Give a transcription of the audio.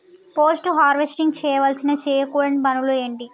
Post harvesting చేయవలసిన చేయకూడని పనులు ఏంటి?